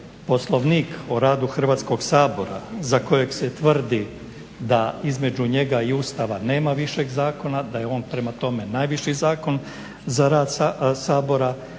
Poslovnik o radu Hrvatskog sabora za kojeg se tvrdi da između njega i Ustava nema višeg zakona da je on prema tome najviši zakon za rad Sabora